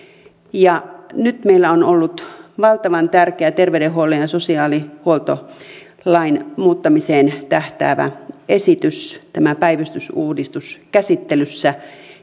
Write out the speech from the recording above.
nyt meillä on ollut valtavan tärkeä terveydenhuoltolain ja sosiaalihuoltolain muuttamiseen tähtäävä esitys tämä päivystysuudistus käsittelyssä